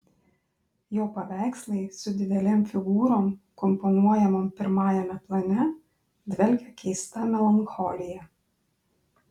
jo paveikslai su didelėm figūrom komponuojamom pirmajame plane dvelkia keista melancholija